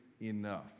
enough